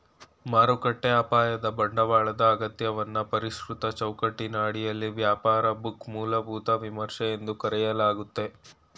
ಮಾರುಕಟ್ಟೆ ಅಪಾಯದ ಬಂಡವಾಳದ ಅಗತ್ಯವನ್ನ ಪರಿಷ್ಕೃತ ಚೌಕಟ್ಟಿನ ಅಡಿಯಲ್ಲಿ ವ್ಯಾಪಾರ ಬುಕ್ ಮೂಲಭೂತ ವಿಮರ್ಶೆ ಎಂದು ಕರೆಯಲಾಗುತ್ತೆ